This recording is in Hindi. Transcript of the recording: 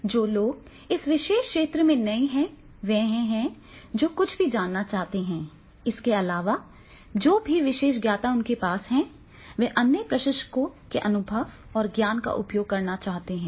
जो लोग इस विशेष क्षेत्र में नए हैं वे हैं जो कुछ भी जानना चाहते हैं इसके अलावा जो भी विशेषज्ञता उनके पास है वे अन्य प्रशिक्षकों के अनुभव और ज्ञान का उपयोग करना चाहते हैं